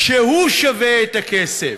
שהוא שווה את הכסף.